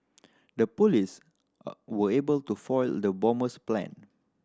the police were able to foil the bomber's plan